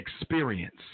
experience